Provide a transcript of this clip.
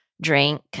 drink